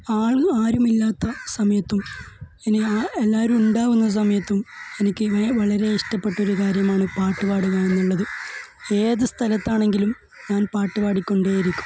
ആൾ ആരുമില്ലാത്ത സമയത്തും ഇനി ആ എല്ലാവരും ഉണ്ടാവുന്ന സമയത്തും എനിക്ക് വേ വളരെ ഇഷ്ടപ്പെട്ടൊരു കാര്യമാണ് പാട്ട് പാടുക എന്നുള്ളത് ഏത് സ്ഥലത്താണെങ്കിലും ഞാന് പാട്ട് പാടിക്കൊണ്ടേയിരിക്കും